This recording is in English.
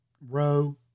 row